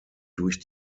durch